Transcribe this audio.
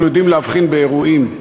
אנחנו יודעים להבחין באירועים,